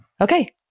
Okay